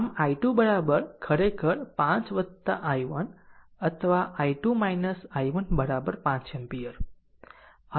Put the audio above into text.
આમ i2 ખરેખર5 i1 અથવા i2 i1 5 એમ્પીયર